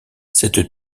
cette